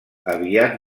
aviat